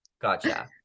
Gotcha